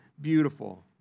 beautiful